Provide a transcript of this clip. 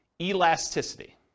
Elasticity